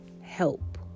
help